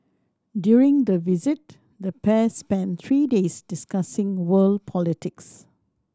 during the visit the pair spent three days discussing world politics